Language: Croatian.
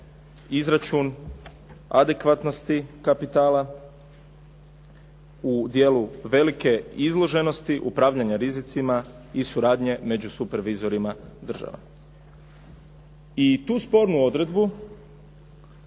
izračun adekvatnosti kapitala u dijelu velike izloženosti upravljanja rizicima i suradnje među supervizorima država. I tu spornu odredbu